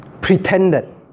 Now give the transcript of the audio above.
Pretended